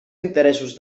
interessos